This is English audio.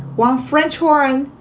one french horn,